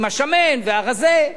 עם השמן והרזה,